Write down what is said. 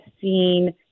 seen